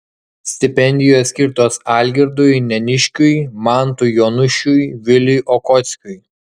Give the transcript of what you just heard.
stipendijos skirtos algirdui neniškiui mantui jonušiui viliui okockiui